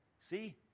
See